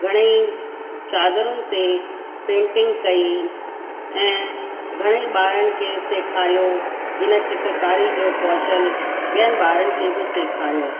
घणेई चादरुनि ते पेंटिंग कई ऐं घणेई ॿारनि खे सेखारियो हिन चित्रकारी जो कौशल ॿियनि ॿारनि खे बि सेखारियो